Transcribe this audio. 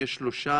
יש שלושה